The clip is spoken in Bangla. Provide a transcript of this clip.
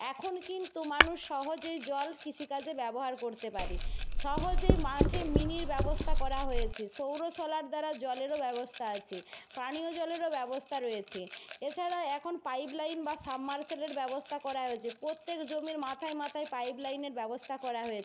এখন কিন্তু মানুষ সহজেই জল কৃষিকাজে ব্যবহার করতে পারে সহজেই মাঠে মিনির ব্যবস্থা করা হয়েছে সৌরসোলার দ্বারা জলেরও ব্যবস্থা আছে পানীয় জলেরও ব্যবস্থা রয়েছে এছাড়া এখন পাইপ লাইন বা সাবমারসেলের ব্যবস্থা করা হয়েছে প্রত্যেক জমির মাথায় মাথায় পাইপ লাইনের ব্যবস্থা করা হয়েছে